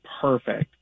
perfect